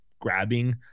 grabbing